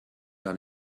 gar